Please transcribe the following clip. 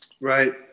Right